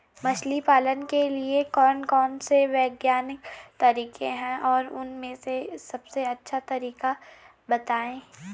मछली पालन के लिए कौन कौन से वैज्ञानिक तरीके हैं और उन में से सबसे अच्छा तरीका बतायें?